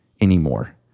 anymore